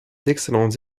d’excellentes